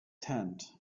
tent